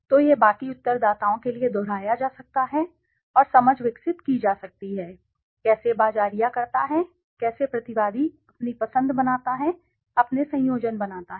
तो यह बाकी उत्तरदाताओं के लिए दोहराया जा सकता है और समझ विकसित की जा सकती है कैसे बाज़ारिया करता है कैसे प्रतिवादी अपनी पसंद बनाता है अपने संयोजन बनाता है